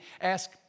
ask